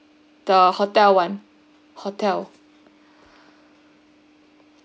the hotel [one] hotel